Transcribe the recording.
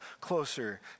closer